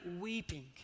weeping